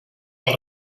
els